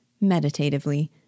meditatively